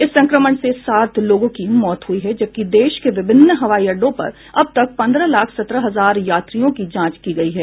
इस संक्रमण से सात लोगों की मौत हुई है जबकि देश के विभिन्न हवाई अड्डों पर अब तक पंद्रह लाख सत्रह हजार यात्रियों की जांच की गई है